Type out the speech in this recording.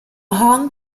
hong